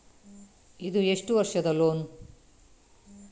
ಇದು ಎಷ್ಟು ವರ್ಷದ ಲೋನ್?